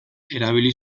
erabili